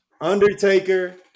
Undertaker